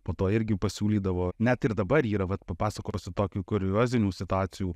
po to irgi pasiūlydavo net ir dabar yra vat papasakosiu tokių kuriozinių situacijų